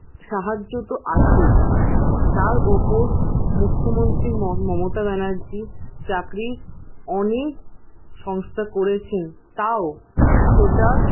সাহায্য তো আছেই তার ওপর মুখ্যমন্ত্রী ম মমতা ব্যানার্জি চাকরির অনেক সংস্থা করেছেন তাও সেটা